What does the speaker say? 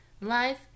Life